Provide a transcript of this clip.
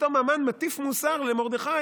פתאום המן מטיף מוסר למרדכי,